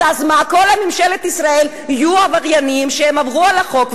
אז כל ממשלת ישראל יהיו עבריינים שעברו על החוק,